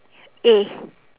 eh